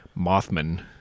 Mothman